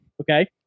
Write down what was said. Okay